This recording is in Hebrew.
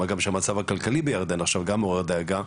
מה גם שמצבה הכלכלי של ירדן עכשיו גם מעורר דאגה.